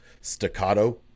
staccato